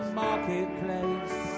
marketplace